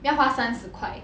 要花三十块